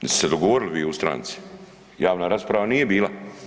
Jeste se dogovorili vi u stranci, javna rasprava nije bila.